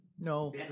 No